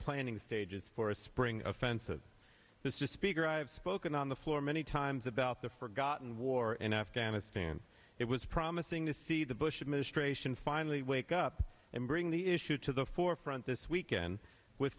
planning stages for a spring offensive this is speaker i have spoken on the floor many times about the forgotten war in afghanistan it was promising to see the bush admin stray ssion finally wake up and bring the issue to the forefront this weekend with